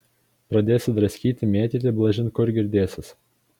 pradėsi draskyti mėtyti balažin kur girdėsis